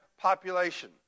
population